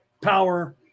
power